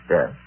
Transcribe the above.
Yes